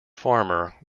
farmer